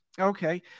Okay